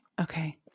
Okay